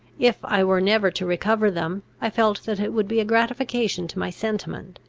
if i were never to recover them, i felt that it would be a gratification to my sentiment,